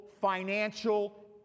financial